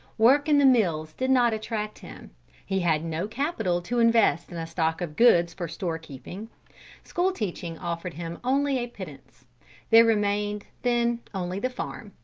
work in the mills did not attract him he had no capital to invest in a stock of goods for store-keeping school-teaching offered him only a pittance there remained then only the farm,